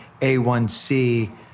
A1C